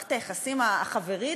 במערכת היחסים החברית,